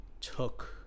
took